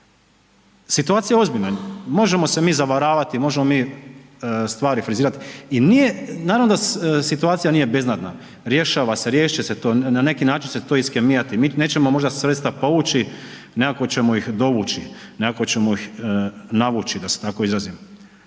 Situacija je ozbiljna. Možemo se mi zavaravati, možemo mi stvari frizirati. I nije, naravno da situacija nije beznadna, rješava se, riješiti će se to, na neki način će se to iskemijati, mi nećemo možda sredstva povući, nekako ćemo ih dovući, nekako ćemo ih navući da s tako izrazim.